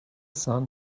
sun